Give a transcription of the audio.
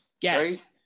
Yes